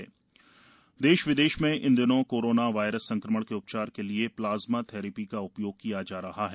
plasma therapy देश विदेश में इन दिनों कोरोना वायरस संक्रमण के उपचार के लिए प्लाज्मा थेरेपी का उपयोग किया जा रहा है